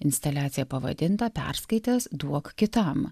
instaliaciją pavadintą perskaitęs duok kitam